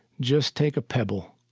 just take a pebble